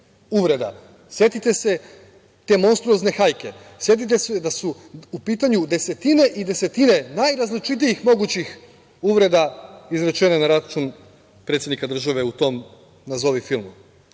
Setite se te monstruozne hajke. Setite se da su u pitanju desetine i desetine najrazličitijih mogućih uvreda izrečene na račun predsednika države u tom nazovi filmu.